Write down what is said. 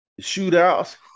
Shootouts